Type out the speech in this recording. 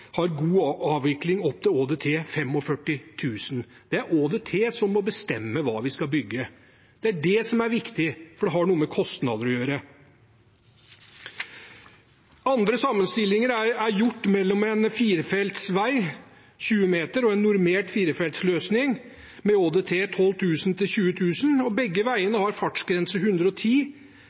ÅDT 45 000. Det er ÅDT som må bestemme hva vi skal bygge. Det er det som er viktig, for det har noe med kostnader å gjøre. Andre sammenstillinger er gjort mellom en firefeltsvei, 20 m, og en normert firefeltsløsning med ÅDT 12 000–20 000. Begge veiene har fartsgrense på 110